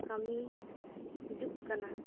ᱠᱟᱹᱢᱤ ᱦᱤᱡᱩᱜ ᱠᱟᱱᱟ